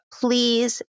Please